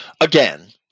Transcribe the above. Again